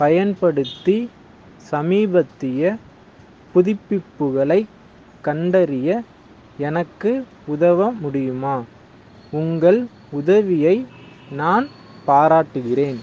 பயன்படுத்தி சமீபத்திய புதுப்பிப்புகளைக் கண்டறிய எனக்கு உதவ முடியுமா உங்கள் உதவியை நான் பாராட்டுகிறேன்